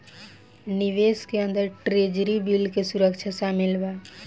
निवेश के अंदर ट्रेजरी बिल के सुरक्षा शामिल बा